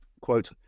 quote